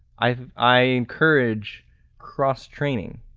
i i encourage cross-training